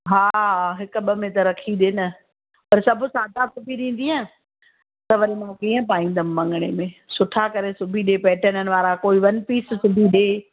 हा हिक ॿ में त रखी ॾे न पर सभु सादा सिॿी ॾींदीअं त वरी मां कीअं पाईंदमि मङिणे में सुठा करे सिॿी ॾे पैटर्ननि वारा कोई वन पीस सिॿी ॾे